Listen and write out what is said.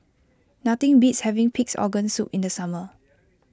nothing beats having Pig's Organ Soup in the summer